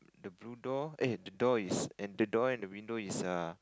the blue door eh the door is and the door and the window is err